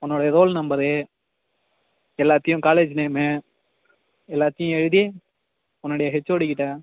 உன்னோடைய roll number எல்லாத்தையும் college name எல்லாத்தையும் எழுதி உன்னுடைய ஹெச்ஓடிகிட்ட